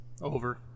over